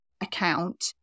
account